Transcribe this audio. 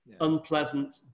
unpleasant